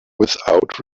without